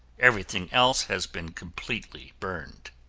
everything else has been completely burned.